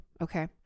Okay